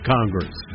Congress